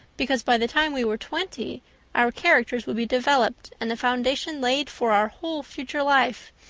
because by the time we were twenty our characters would be developed and the foundation laid for our whole future life.